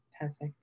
Perfect